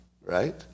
right